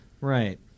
Right